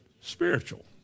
spiritual